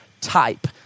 type